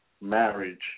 marriage